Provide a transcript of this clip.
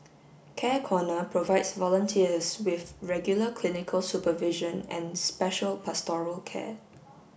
care corner provides volunteers with regular clinical supervision and special pastoral care